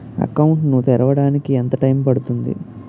Account ను తెరవడానికి ఎంత టైమ్ పడుతుంది?